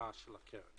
ההשקעה של הקרן.